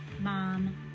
mom